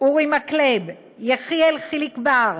אורי מקלב, יחיאל חיליק בר,